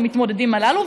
במתמודדים הללו,